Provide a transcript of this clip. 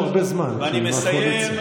אני נותן לו הרבה זמן כי הוא מהקואליציה.